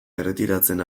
erretiratzen